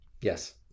Yes